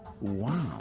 Wow